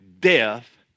death